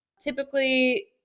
typically